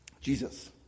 Jesus